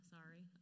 Sorry